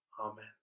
Amen